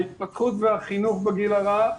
ההתפתחות והחינוך בגיל הרך.